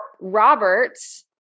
Roberts